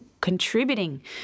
contributing